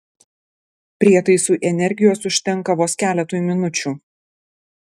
prietaisui energijos užtenka vos keletui minučių